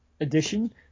edition